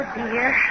dear